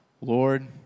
Lord